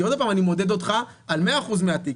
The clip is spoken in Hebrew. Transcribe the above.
כי, עוד פעם, אני מודד אותך על 100% מהתיק.